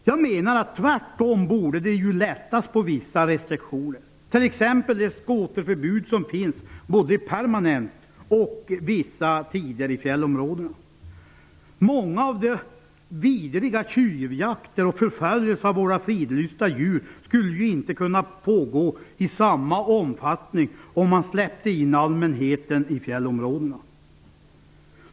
Jag menar att det tvärtom borde lättas på vissa restriktioner, t.ex. på det skoterförbud som råder i fjällområdena, både permanent och vid vissa tider. Många vidriga tjuvjakter och förföljelser av våra fridlysta djur skulle inte kunna pågå i samma omfattning om man släppte in allmänheten i fjällområdena.